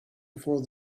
before